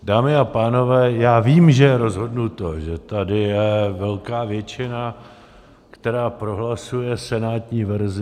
Dámy a pánové, já vím, že je rozhodnuto, že tady je velká většina, která prohlasuje senátní verzi.